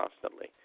constantly